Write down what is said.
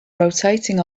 rotating